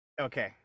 okay